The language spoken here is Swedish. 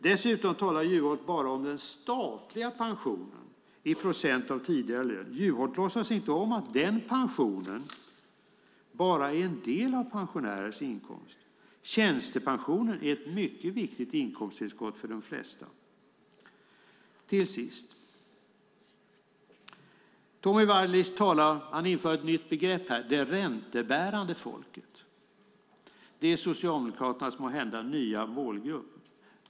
Dessutom talar Juholt bara om den statliga pensionen i procent av tidigare lön. Juholt låtsas inte om att den pensionen bara är en del av pensionärers inkomst. Tjänstepensionen är ett mycket viktigt inkomsttillskott för de flesta. Till sist: Tommy Waidelich inför ett nytt begrepp här, nämligen det räntebärande folket. Det är måhända Socialdemokraternas nya målgrupp.